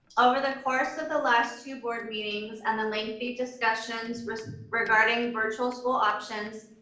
over the course of the last two board meetings and the lengthy discussions regarding virtual school options,